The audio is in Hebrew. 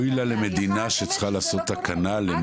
אוי לה למדינה שצריכה לעשות תקנה בגלל